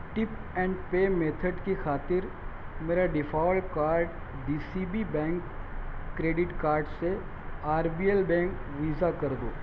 tape and pay method کی خاطر میرا default card D C B bank credit card سے R B L bank Visa کر دو